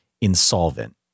insolvent